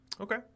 Okay